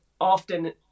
often